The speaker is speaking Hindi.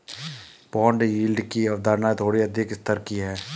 बॉन्ड यील्ड की अवधारणा थोड़ी अधिक स्तर की है